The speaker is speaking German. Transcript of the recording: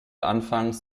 anfangs